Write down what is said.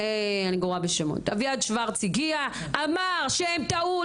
אמר שהם טעו,